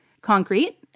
concrete